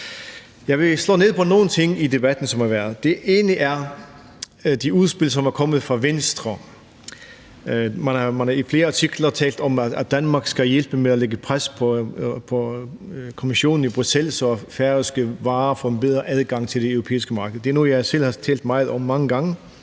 Jeg vil slå ned på nogle ting i den debat, som der har været. Det ene er de udspil, som er kommet fra Venstre. Man har i flere artikler talt om, at Danmark skal hjælpe med at lægge pres på Kommissionen i Bruxelles, så færøske varer får bedre adgang til det europæiske marked. Det er noget, jeg selv har talt meget om mange gange,